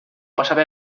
passava